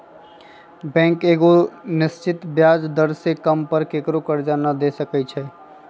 bank एगो निश्चित ब्याज दर से कम पर केकरो करजा न दे सकै छइ